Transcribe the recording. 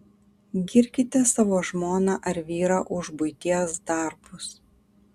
girkite savo žmoną ar vyrą už buities darbus